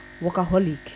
workaholic